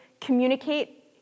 communicate